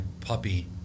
puppy